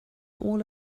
all